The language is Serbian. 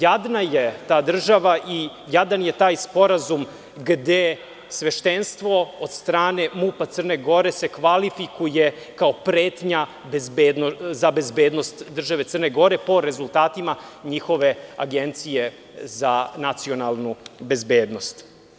Jadna je ta država i jadan je taj sporazum, gde sveštenstvo od strane MUP Crne Gore se kvalifikuje kao pretnja za bezbednost države Crne Gore, po rezultatima njihove Agencije za nacionalnu bezbednost.